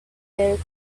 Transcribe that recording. help